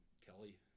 Kelly